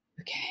okay